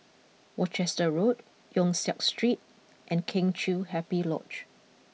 Worcester Road Yong Siak Street and Kheng Chiu Happy Lodge